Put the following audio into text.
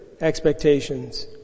expectations